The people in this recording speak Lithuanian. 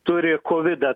turi kovidą